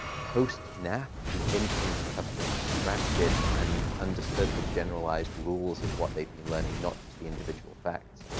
post-nap, the infants have extracted and understood the generalized rules of what they've been learning, not just the individual facts.